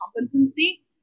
competency